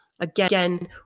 Again